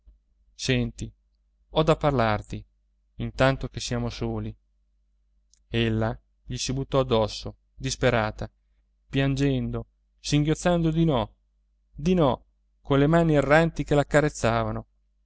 senti ho da parlarti intanto che siamo soli ella gli si buttò addosso disperata piangendo singhiozzando di no di no colle mani erranti che l'accarezzavano